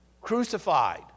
crucified